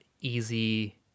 easy